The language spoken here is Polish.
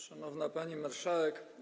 Szanowna Pani Marszałek!